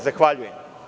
Zahvaljujem.